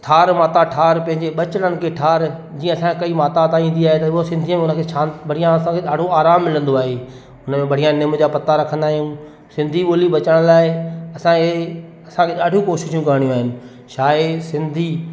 ठार माता ठार पंहिंजे बचड़नि खे ठार जीअं असांजे कई माता वाता ईंदी आहे त उहा सिंधीअ में उन खे शांति बढ़ियां असांखे ॾाढो आरामु मिलंदो आहे हुन में बढ़ियां निम जा पता रखंदा आहियूं सिंधी ॿोली बचाइण लाइ असांखे असांखे ॾाढियूं कोशिशूं करणियूं आहिनि छाहे सिंधी